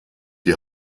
die